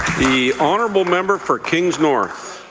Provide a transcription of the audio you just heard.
the honourable member for kings north.